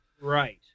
Right